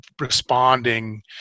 responding